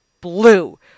blue